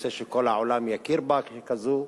ורוצה שכל העולם יכיר בה ככזו,